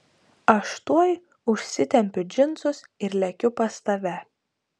aš tuoj užsitempiu džinsus ir lekiu pas tave